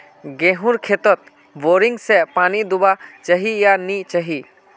गेँहूर खेतोत बोरिंग से पानी दुबा चही या नी चही?